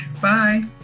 Bye